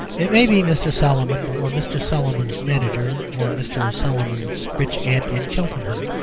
it may be mr. solomon or mr. solomon's manager, or mr. solomon's rich aunt in cheltenham,